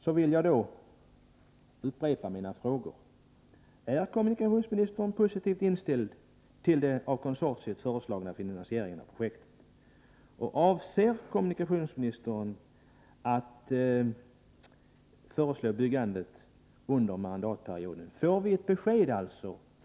Jag vill då upprepa mina frågor: Är kommunikationsministern positivt inställd till den av konsortiet föreslagna finansieringen av projektet? Avser kommunikationsministern att föreslå byggandet av en fast förbindelse mellan Malmö och Köpenhamn under mandatperioden?